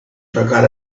forgot